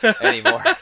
anymore